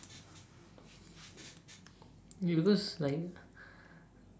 ya because like